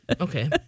Okay